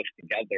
together